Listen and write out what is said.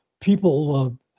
people